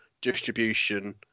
distribution